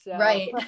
right